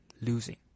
losing